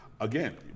Again